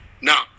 now